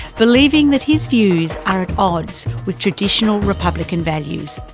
believing that his views are at odds with traditional republican values.